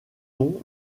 ton